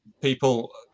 people